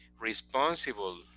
responsible